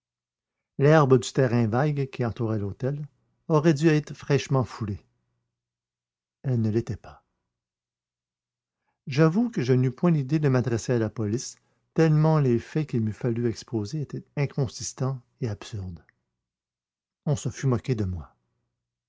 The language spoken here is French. l'herbe du terrain vague qui entourait l'hôtel aurait dû être fraîchement foulée elle ne l'était pas j'avoue que je n'eus point l'idée de m'adresser à la police tellement les faits qu'il m'eût fallu exposer étaient inconsistants et absurdes on se fût moqué de moi